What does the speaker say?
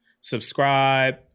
Subscribe